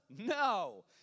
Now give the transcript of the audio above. No